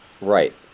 Right